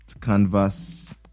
canvas